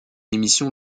émission